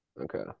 Okay